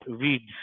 weeds